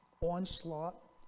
onslaught